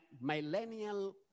millennial